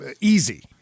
easy